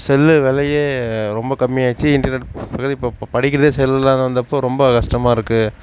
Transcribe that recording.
cell விலையே ரொம்ப கம்மியாச்சு இண்டர்நெட் இப்போ படிக்கிறதே செல்லில் தான்னு வந்தப்போ ரொம்ப கஷ்டமா இருக்கு